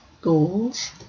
goals